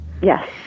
yes